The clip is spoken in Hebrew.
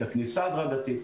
האם הכניסה הדרגתית?